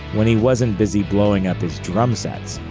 when he wasn't busy blowing up his drum sets.